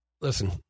Listen